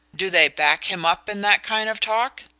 do they back him up in that kind of talk?